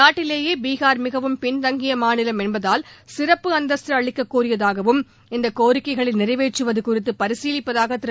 நாட்டிலேயே பீஹார் மிகவும் பின்தங்கிய மாநிலம் என்பதால் சிறப்பு அந்தஸ்து அளிக்க கோரியதாகவும் இந்தக் கோரிக்கைகளை நிறைவேற்றுவது குறித்து பரிசீலிப்பதாக திரு